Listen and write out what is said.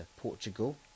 Portugal